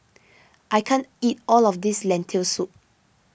I can't eat all of this Lentil Soup